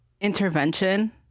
Intervention